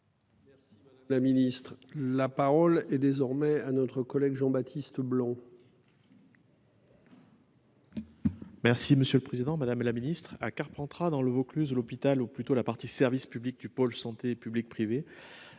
de santé. La ministre, la parole est désormais à notre collègue Jean-Baptiste Leblanc. Merci, monsieur le Président Madame la Ministre à Carpentras dans le Vaucluse, l'hôpital ou plutôt la partie service public du pôle santé public-privé.